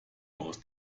aus